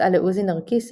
נישאה לעוזי נרקיס,